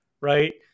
right